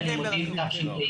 בספטמבר, שנת הלימודים תשפ"ג.